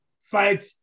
fight